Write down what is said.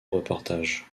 reportages